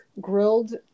grilled